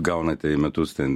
gaunate į metus ten